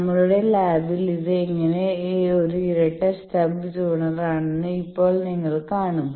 നമ്മളുടെ ലാബിൽ ഇത് എങ്ങനെ ഒരു ഇരട്ട സ്റ്റബ് ട്യൂണറാണെന്ന് ഇപ്പോൾ നിങ്ങൾ കാണും